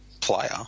player